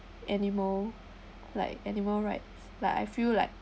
animal like animal rights like I feel like